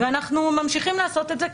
ואנחנו ממשיכים לעשות את זה,